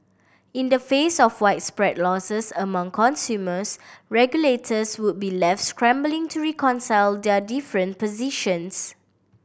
in the face of widespread losses among consumers regulators would be left scrambling to reconcile their different positions